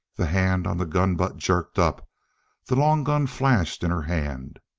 the hand on the gun butt jerked up the long gun flashed in her hand.